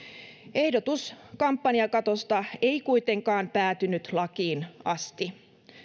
ehdotus kampanjakatosta ei kuitenkaan päätynyt lakiin asti